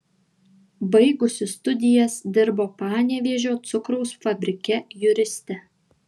baigusi studijas dirbo panevėžio cukraus fabrike juriste